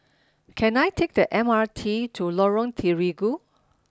can I take the M R T to Lorong Terigu